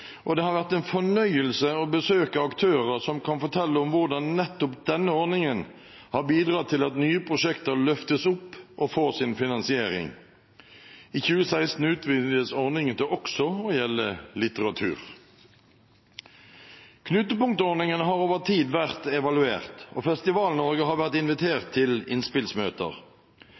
og det har vært en fornøyelse å besøke aktører som kan fortelle om hvordan nettopp denne ordningen har bidratt til at nye prosjekter løftes opp og får sin finansiering. I 2016 utvides ordningen til også å gjelde litteratur. Knutepunktordningen har over tid vært evaluert. Festival-Norge har vært invitert til innspillsmøter. Både evalueringer og innspillsmøter har